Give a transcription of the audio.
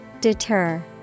Deter